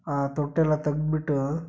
ಆ ತೊಟ್ಟೆಲ್ಲ ತೆಗ್ದ್ಬಿಟ್ಟು